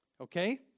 Okay